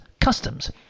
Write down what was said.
customs